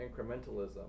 incrementalism